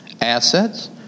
assets